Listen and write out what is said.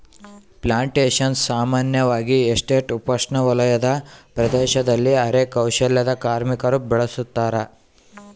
plantations ಸಾಮಾನ್ಯವಾಗಿ estate ಉಪೋಷ್ಣವಲಯದ ಪ್ರದೇಶದಲ್ಲಿ ಅರೆ ಕೌಶಲ್ಯದ ಕಾರ್ಮಿಕರು ಬೆಳುಸತಾರ